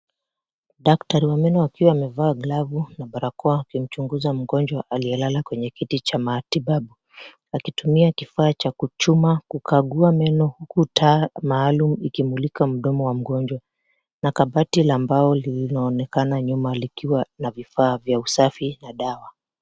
Daktari wa meno akiwa amevaa glavu na barakoa akimchunguza mgonjwa aliyelala kwenye kiti cha matibabu. Akitumia kifaa cha kuchuma kukagua meno, huku taa maalum ikimulika mdomo wa mgonjwa na kabati la mbao lililoonekana nyuma likiwa na vifaa vya usafi na dawa.